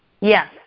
Yes